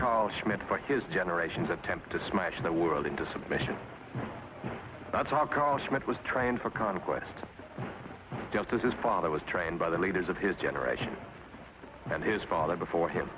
carl schmitt for his generation's attempt to smash the world into submission that's how car smith was trained for conquest just this is father was trained by the leaders of his generation and his father before him